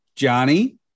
Johnny